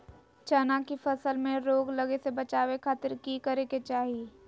चना की फसल में रोग लगे से बचावे खातिर की करे के चाही?